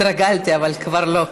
התרגלתי, אבל כבר לא.